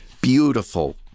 Beautiful